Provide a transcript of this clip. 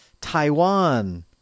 Taiwan